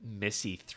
Missy